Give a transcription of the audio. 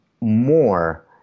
more